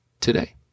today